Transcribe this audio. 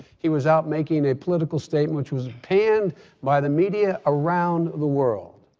he was out making a political statement which was panned by the media around the world.